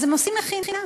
אז הם עושים מכינה.